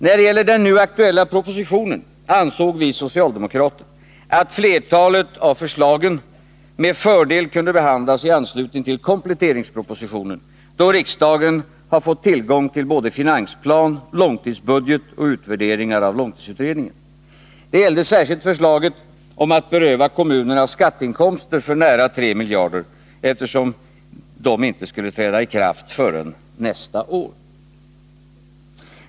När det gäller den nu aktuella propositionen ansåg vi socialdemokrater att flertalet av dess förslag med fördel kunde behandlas i anslutning till kompletteringspropositionen, då riksdagen har fått tillgång till finansplan, långtidsbudget och utvärderingar av långtidsutredningen. Det gällde särskilt förslaget om att beröva kommunerna skatteinkomster för nära 3 miljarder kronor, eftersom det inte skulle träda i kraft förrän nästa år.